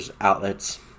outlets